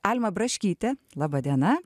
alma braškytė laba diena